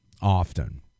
often